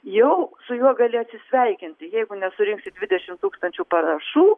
jau su juo gali atsisveikinti jeigu nesurinksi dvidešimt tūkstančių parašų